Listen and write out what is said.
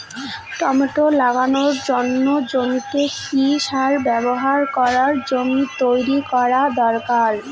Tomato লাগানোর জন্য জমিতে কি সার ব্যবহার করে জমি তৈরি করা দরকার?